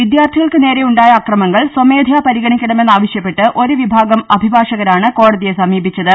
വിദ്യാർത്ഥികൾക്ക് നേരെ ഉണ്ടായ അക്രമങ്ങൾ സ്വമേധയാ പരിഗണിക്കണമെന്ന് ആവശ്യപ്പെട്ട് ഒരു വിഭാഗം അഭിഭാഷകരാണ് കോടതിയെ സമീപിച്ചത്